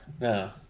No